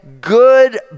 good